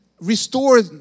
restore